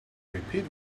repeat